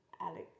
Alex